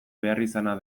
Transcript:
beharrizana